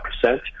percent